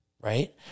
Right